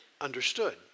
understood